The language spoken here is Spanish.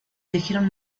eligieron